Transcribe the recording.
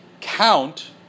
count